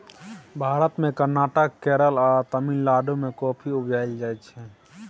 भारत मे कर्नाटक, केरल आ तमिलनाडु मे कॉफी उपजाएल जाइ छै